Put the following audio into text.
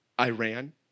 Iran